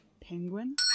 Penguin